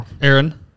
Aaron